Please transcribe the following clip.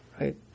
right